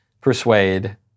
persuade